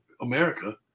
America